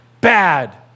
bad